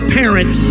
parent